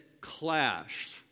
clashed